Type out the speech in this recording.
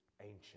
ancient